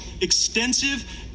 extensive